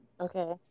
Okay